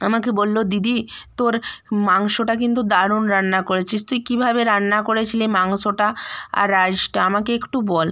আমাকে বললো দিদি তোর মাংসটা কিন্তু দারুণ রান্না করেছিস তুই কীভাবে রান্না করেছিলি মাংসটা আর রাইসটা আমাকে একটু বল